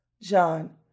John